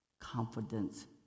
confidence